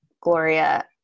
Gloria